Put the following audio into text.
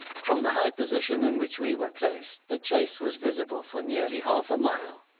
from the high position in which we were placed, the chase was visible for nearly half a mile.